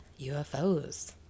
UFOs